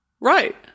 Right